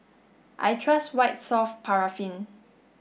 I trust White Soft Paraffin